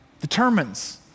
determines